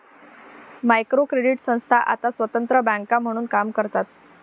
micro credit संस्था आता स्वतंत्र बँका म्हणून काम करतात